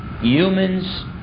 humans